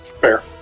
Fair